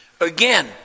Again